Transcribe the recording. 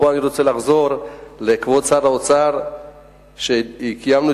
ופה אני רוצה לחזור לכבוד שר האוצר ולומר שקיימנו